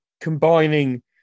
combining